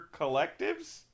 collectives